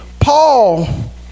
Paul